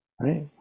right